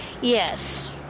Yes